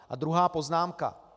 A druhá poznámka.